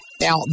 Now